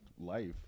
life